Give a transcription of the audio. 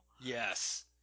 Yes